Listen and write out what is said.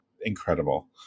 incredible